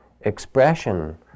expression